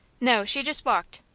no she just walked.